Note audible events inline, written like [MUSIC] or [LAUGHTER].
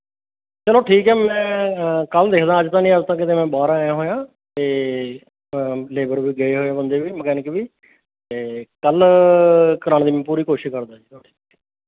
ਚਲੋ ਠੀਕ ਹੈ ਮੈਂ ਕੱਲ੍ਹ ਦੇਖਦਾ ਅੱਜ ਤਾਂ ਨਹੀਂ ਅੱਜ ਤਾਂ ਕਿਤੇ ਮੈਂ ਬਾਹਰ ਆਇਆ ਹੋਇਆ ਅਤੇ ਲੇਬਰ [UNINTELLIGIBLE] ਗਏ ਹੋਏ ਬੰਦੇ ਵੀ ਮਕੈਨਿਕ ਵੀ ਅਤੇ ਕੱਲ੍ਹ ਕਰਵਾਉਣ ਦੀ ਮੈਂ ਪੂਰੀ ਕੋਸ਼ਿਸ਼ ਕਰਦਾ ਜੀ